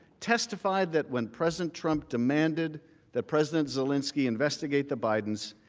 testified that when president trump demanded that president zelensky investigate the bidens,